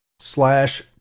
Slash